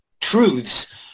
truths